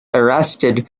arrested